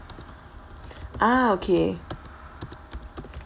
ah okay